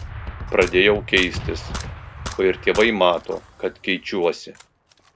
pradėjau keistis o ir tėvai mato kad keičiuosi